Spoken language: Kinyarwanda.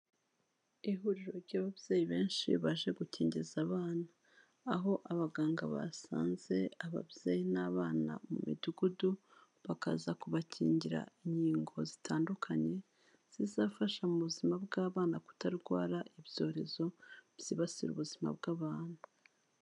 Ihuriro ry'ababyeyi benshi, baje gukingiza abana. Aho abaganga basanze ababyeyi n'abana mu midugudu, bakaza kubakingira inkingo zitandukanye, zizafasha mu buzima bw'abana kutarwara ibyorezo, byibasira ubuzima bw'abantu.